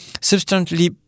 substantially